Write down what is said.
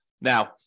Now